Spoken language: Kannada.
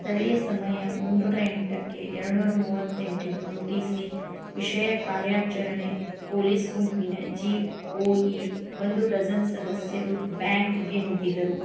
ಸ್ಥಳೀಯ ಸಮಯ ಮುನ್ನೂರ ಎಂಟಕ್ಕೆ ಏಳ್ನೂರ ಮೂವತ್ತೆಂಟು ಯು ಟಿ ಸಿ ವಿಷಯ ಕಾರ್ಯಾಚರಣೆ ಪೋಲೀಸ್ ಗುಂಪಿನ ಜಿ ಓ ಇ ಒಂದು ಡಜನ್ ಸದಸ್ಯರು ಬ್ಯಾಂಕ್ಗೆ ನುಗ್ಗಿದರು